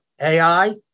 AI